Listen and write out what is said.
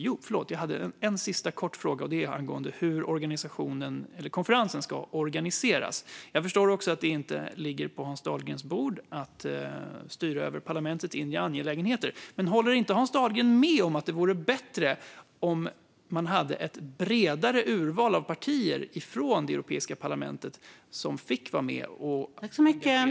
Jag har en sista kort fråga, angående hur konferensen ska organiseras. Jag förstår att det inte ligger på Hans Dahlgrens bord att styra över parlamentets inre angelägenheter, men håller inte Hans Dahlgren med om att det vore bättre om man hade ett bredare urval av partier från Europaparlamentet som fick vara med och engagera sig i konferensen?